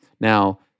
Now